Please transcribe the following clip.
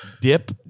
Dip